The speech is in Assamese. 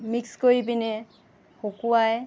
মিক্স কৰি পিনে শুকুৱাই